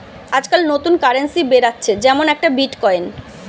আজকাল নতুন কারেন্সি বেরাচ্ছে যেমন একটা বিটকয়েন